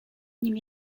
nim